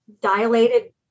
dilated